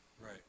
Right